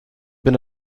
been